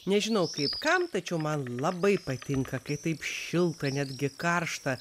nežinau kaip kam tačiau man labai patinka kai taip šilta netgi karšta